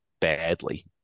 badly